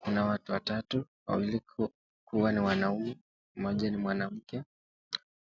Kuna watu watatu. Wawili kuwa ni wanaume mmoja ni mwanamke